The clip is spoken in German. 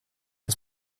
das